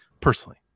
personally